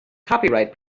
copyright